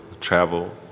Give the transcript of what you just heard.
travel